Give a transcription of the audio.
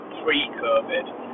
pre-COVID